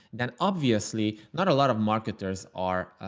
then obviously not a lot of marketers are.